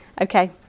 Okay